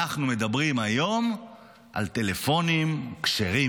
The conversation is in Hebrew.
אנחנו מדברים היום על טלפונים כשרים.